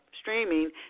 streaming